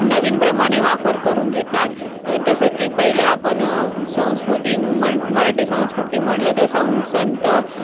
नवीनप्रमाणे वापर करून घेतात तसं की पहिले आपण संस्कृती मन मराठी संस्कृती म्हटलं तर सं संत